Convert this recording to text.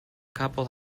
couple